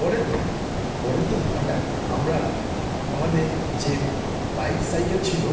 পরের দিন পরের দিন হটাৎ আমরা আমাদের যে বাইক সাইকেল ছিলো